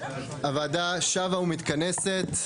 הוועדה שבה ומתכנסת,